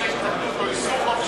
חופש